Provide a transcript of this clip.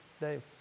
dave